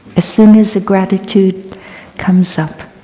as soon as a gratitude comes up.